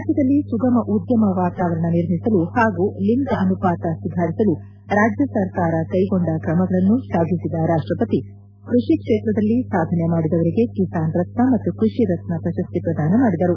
ರಾಜ್ಯದಲ್ಲಿ ಸುಗಮ ಉದ್ಯಮ ವಾತಾವರಣ ನಿರ್ಮಿಸಲು ಪಾಗೂ ಲಿಂಗ ಅನುಪಾತ ಸುಧಾರಿಸಲು ರಾಜ್ಯ ಸರ್ಕಾರ ಕೈಗೊಂಡ ಕ್ರಮಗಳನ್ನು ಶ್ಲಾಘಿಸಿದ ರಾಷ್ಟವತಿ ಕೃಷಿ ಕ್ಷೇತ್ರದಲ್ಲಿ ಸಾಧನೆ ಮಾಡಿದವರಿಗೆ ಕಿಸಾನ್ ರತ್ನ ಮತ್ತು ಕೃಷಿ ರತ್ನ ಪ್ರಶಸ್ತಿ ಪ್ರದಾನ ಮಾಡಿದರು